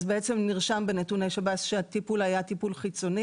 נרשם בנתוני שב"ס שהטיפול היה טיפול חיצוני.